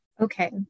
Okay